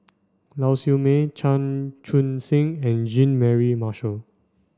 Lau Siew Mei Chan Chun Sing and Jean Mary Marshall